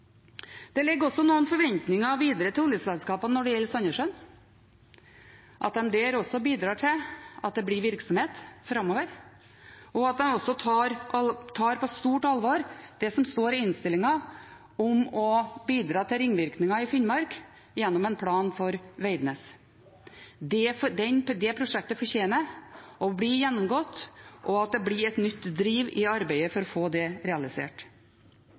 gjelder Sandnessjøen, at de også der bidrar til at det blir virksomhet framover, og at de også tar på stort alvor det som står i innstillingen om å bidra til ringvirkninger i Finnmark gjennom en plan for Veidnes. Det prosjektet fortjener å bli gjennomgått og at det blir et nytt driv i arbeidet for å få det realisert.